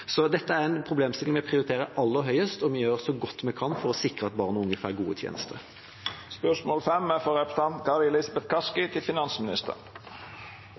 Dette er en av problemstillingene vi prioriterer aller høyest, og vi gjør så godt vi kan for å sikre at barn og unge får gode tjenester. «Boligmarkedet er